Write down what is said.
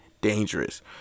dangerous